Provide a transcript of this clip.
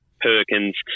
Perkins